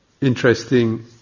interesting